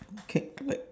K like